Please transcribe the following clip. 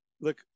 Look